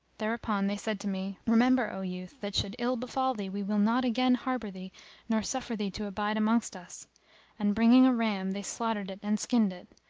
thereupon they said to me, remember, o youth, that should ill befal thee we will not again harbour thee nor suffer thee to abide amongst us and bringing a ram they slaughtered it and skinned it.